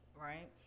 right